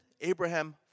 Abraham